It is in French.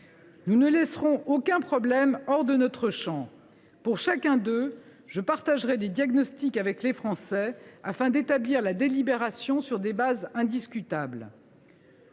Nous ne laisserons aucun problème hors de notre champ ; pour chacun d’eux, je partagerai les diagnostics avec les Français, afin d’établir la délibération sur des bases indiscutables.